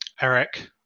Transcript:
Eric